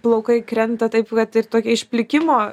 plaukai krenta taip kad ir tokia išplikimo